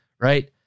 right